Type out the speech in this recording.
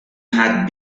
had